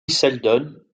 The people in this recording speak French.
seldon